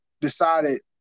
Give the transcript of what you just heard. decided